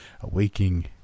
awaking